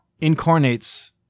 incarnates